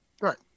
Right